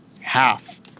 half